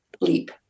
leap